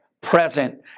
present